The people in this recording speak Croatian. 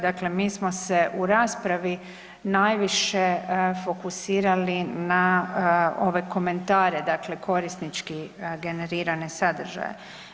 Dakle, mi smo se u raspravi najviše fokusirali na ove komentare, dakle korisnički generirane sadržaje.